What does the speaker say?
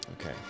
Okay